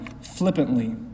flippantly